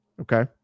okay